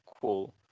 cool